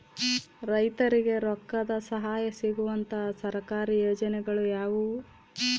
ರೈತರಿಗೆ ರೊಕ್ಕದ ಸಹಾಯ ಸಿಗುವಂತಹ ಸರ್ಕಾರಿ ಯೋಜನೆಗಳು ಯಾವುವು?